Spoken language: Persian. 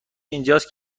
اینجاست